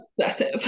obsessive